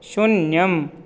शून्यम्